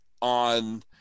on